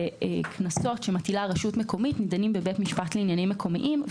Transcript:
שקנסות שמטילה הרשות המקומית נדונים בבית משפט לעניינים מקומיים.